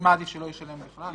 מה עדיף, שלא ישלם בכלל?